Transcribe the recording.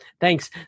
thanks